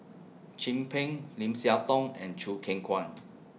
Chin Peng Lim Siah Tong and Choo Keng Kwang